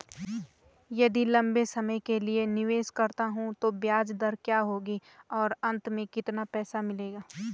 यदि लंबे समय के लिए निवेश करता हूँ तो ब्याज दर क्या होगी और अंत में कितना पैसा मिलेगा?